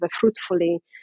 fruitfully